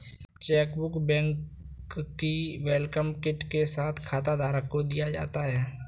chequebook bank की welcome kit के साथ खाताधारक को दिया जाता है